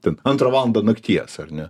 ten antrą valandą nakties ar ne